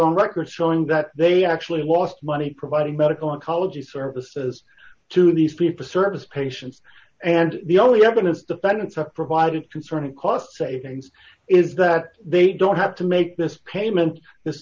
own records showing that they actually lost money providing medical oncology services to these people service patients and the only evidence defendants have provided concerning cost savings is that they don't have to make this payment this